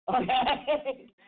Okay